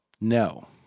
no